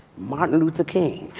martin luther, king.